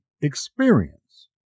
experience